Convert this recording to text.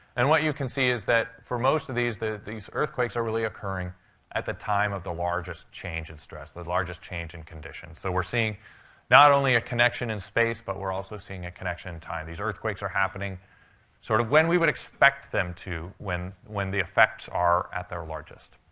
and what you can see is that, for most of these, these earthquakes are really occurring at the time of the largest change in stress the the largest change in condition. so we're seeing not only a connection in space, but we're also seeing a connection in time. these earthquakes are happening sort of when we would expect them to when when the effects are at their largest.